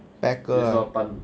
packer ah